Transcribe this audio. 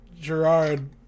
gerard